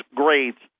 grades